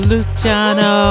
Luciano